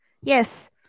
Yes